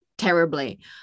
terribly